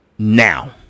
Now